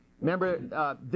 Remember